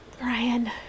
Ryan